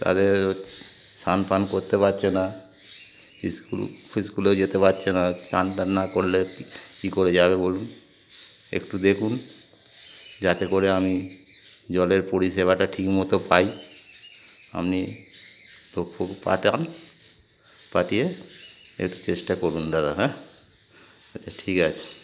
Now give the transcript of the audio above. তাদের স্নান পান করতে পারছে না সস্কুলস্কুলেও যেতে পারছে না স্নান টান না করলে কী করে যাবে বলুন একটু দেখুন যাতে করে আমি জলের পরিষেবাটা ঠিকমতো পাই আপনি দুঃখ পাঠান পাঠিয়ে একটু চেষ্টা করুন দাদা হ্যাঁ আচ্ছা ঠিক আছে